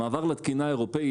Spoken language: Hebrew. המעבר לתקינה האירופית